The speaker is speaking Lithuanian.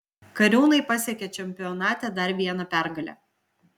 kariūnai pasiekė čempionate dar vieną pergalę